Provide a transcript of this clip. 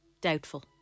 Doubtful